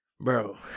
Bro